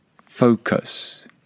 Focus